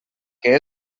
què